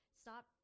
stop